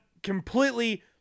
Completely